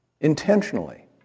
intentionally